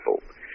people